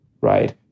right